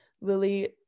Lily